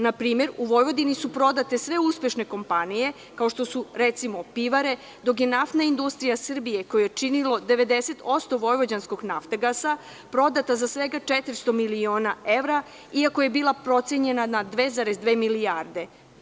Na primer, u Vojvodini su prodate sve uspešne kompanije kao što su, recimo, pivare, dok ne NIS, koga je činilo 90% vojvođanskog „Naftagasa“, prodat za svega 400 miliona evra, iako je bila procenjen na 2,2 milijarde.